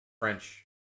French